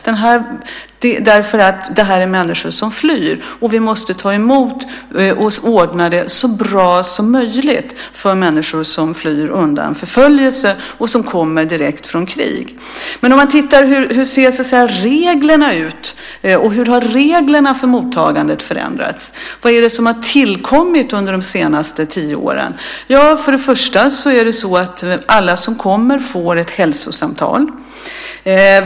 Detta är människor som flyr, och vi måste ta emot och ordna det så bra som möjligt för människor som flyr undan förföljelse och som kommer direkt från krig. Hur ser då reglerna ut? Hur har reglerna för mottagandet förändrats? Vad är det som har tillkommit under de senaste tio åren? Ja, till att börja med får alla som kommer ett hälsosamtal.